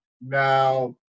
now